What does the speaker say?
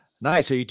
Nice